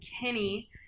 kenny